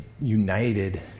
united